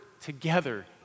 together